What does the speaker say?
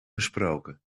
gesproken